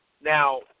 Now